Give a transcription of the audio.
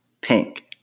Pink